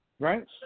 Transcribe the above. Right